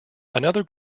another